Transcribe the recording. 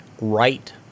right